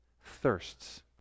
thirsts